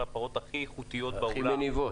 הפרות הכי איכותיות בעולם -- הכי מניבות.